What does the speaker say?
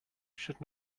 should